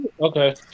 okay